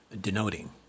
denoting